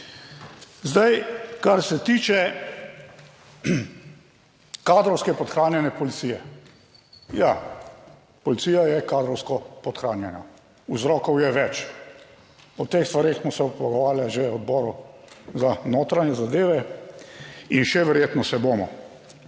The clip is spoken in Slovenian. Zdaj, kar se tiče kadrovsko podhranjene policije, ja, policija je kadrovsko podhranjena. Vzrokov je več, o teh stvareh smo se pogovarjali že na odboru za notranje zadeve in še verjetno se bomo.